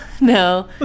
no